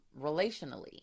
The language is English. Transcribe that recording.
relationally